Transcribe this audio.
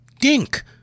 dink